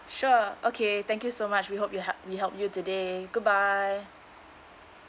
sure okay thank you so much we hope we help~ we helped you today goodbye